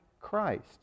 Christ